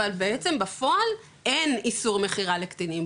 אבל בעצם בפועל אין איסור מכירה לקטינים,